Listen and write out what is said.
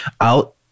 out